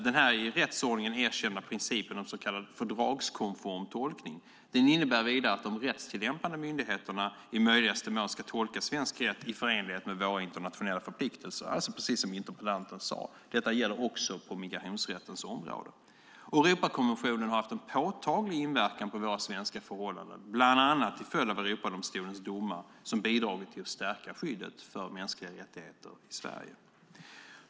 Den här i rättsordningen erkända principen om så kallad fördragskonform tolkning innebär vidare att de rättstillämpande myndigheterna i möjligaste mån ska tolka svensk rätt i förenlighet med våra internationella förpliktelser - alltså precis som interpellanten sade. Detta gäller också på migrationsrättens område. Europakonventionen har haft en påtaglig inverkan på de svenska förhållandena, bland annat till följd av Europadomstolens domar som bidragit till att stärka skyddet för mänskliga rättigheter i Sverige.